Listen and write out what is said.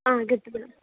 ആ get together